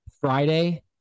Friday